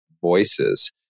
voices